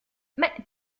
mais